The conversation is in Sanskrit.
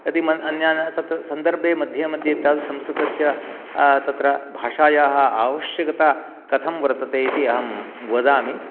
यदि सन्दर्भे मध्ये मध्ये तावत् संस्कृतस्य तत्र भाषायाः आवश्यकता कथं वर्तते इति अहं वदामि